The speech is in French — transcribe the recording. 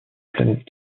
planète